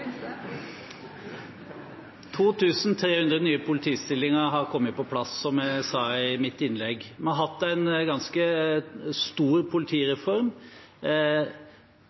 300 nye politistillinger har kommet på plass, som jeg sa i mitt innlegg. Vi har hatt en ganske stor politireform.